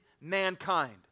mankind